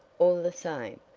all the same,